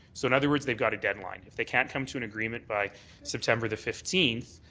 so in other words they've got a deadline. if they can't come to an agreement by september the fifteenth,